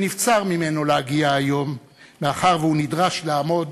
שנבצר ממנו להגיע היום, מאחר שהוא נדרש לעמוד